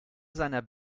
seiner